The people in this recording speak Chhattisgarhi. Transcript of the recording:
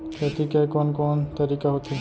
खेती के कोन कोन तरीका होथे?